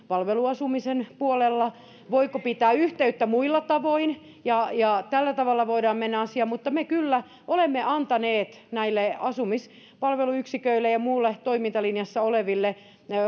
palveluasumisen puolella voiko pitää yhteyttä muilla tavoin tällä tavalla voidaan mennä asiaan mutta me olemme kyllä antaneet näille asumispalveluyksiköille ja muille toimintalinjassa oleville